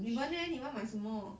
你们 leh 你们买什么